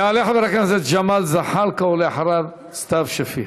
יעלה חבר הכנסת ג'מאל זחאלקה, ואחריו, סתיו שפיר.